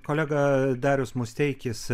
kolega darius musteikis